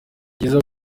byiza